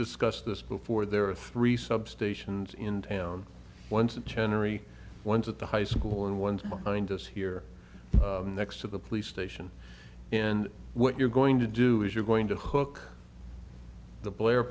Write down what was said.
discussed this before there are three substations in town once of generally once at the high school and one's mind us here next to the police station and what you're going to do is you're going to hook the blair